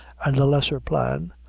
and the lesser plan,